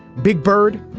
big bird.